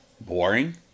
Boring